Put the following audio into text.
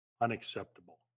unacceptable